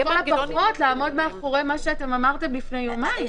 לכל הפחות לעמוד מאחורי מה שאתם אמרתם לפני יומיים.